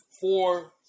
four